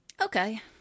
Okay